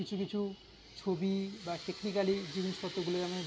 কিছু কিছু ছবি বা টেকনিকাল জিনিসপত্রগুলো যেমন